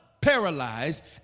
paralyzed